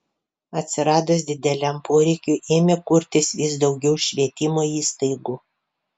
atsiradus dideliam poreikiui ėmė kurtis vis daugiau švietimo įstaigų